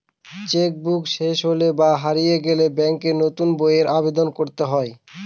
check book শেষ হলে বা হারিয়ে গেলে ব্যাঙ্কে নতুন বইয়ের আবেদন করতে হয়